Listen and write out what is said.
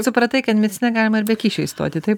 supratai kad mediciną galima ir be kyšio įstoti taip